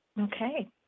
Okay